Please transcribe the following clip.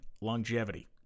longevity